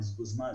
בזבוז זמן,